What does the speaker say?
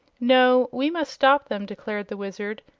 no we must stop them, declared the wizard.